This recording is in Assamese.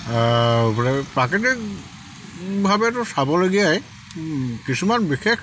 প্ৰাকৃতিকভাৱেতো চাবলগীয়াই কিছুমান বিশেষ